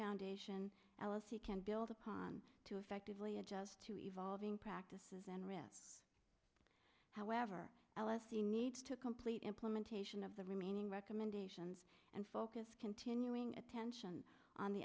foundation alice he can build upon to effectively adjust to evolving practices and risk however l s e needs to complete implementation of the remaining recommendations and focus continuing attention on the